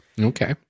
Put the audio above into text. Okay